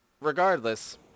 Regardless